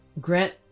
grant